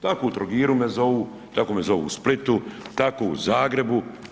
Tako u Trogiru me zovu, tamo me zovu u Splitu, tako u Zagrebu.